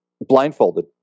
blindfolded